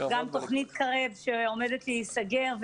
גם תכנית "קרב" שעומדת להיסגר,